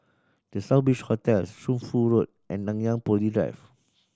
The Southbridge Hotel Shunfu Road and Nanyang Poly Drive